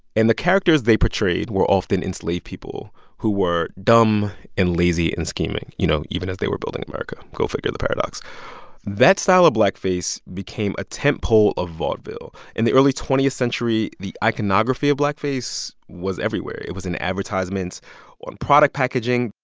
and the characters they portrayed were often enslaved people who were dumb and lazy and scheming you know, even as they were building america. go figure the paradox that style of blackface became a tentpole of vaudeville. in the early twentieth century, the iconography of blackface was everywhere. it was in advertisements on product packaging.